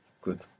Good